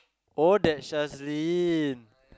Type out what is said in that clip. oh that Shazleen